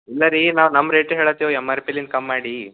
ಇಲ್ಲ ರೀ ನಾವು ನಮ್ಮ ರೇಟ ಹೇಳತೀವಿ ಎಮ್ ಆರ್ ಪಿಲಿನ ಕಮ್ ಮಾಡಿ